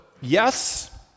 yes